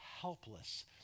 helpless